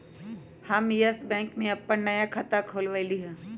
हम Yes Bank में अप्पन नया खाता खोलबईलि ह